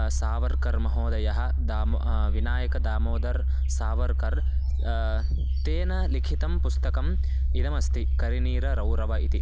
सावर्कर् महोदयः दाम् विनायकदामोदर् सावर्कर् तेन लिखितं पुस्तकम् इदमस्ति करिनीर रौरव इति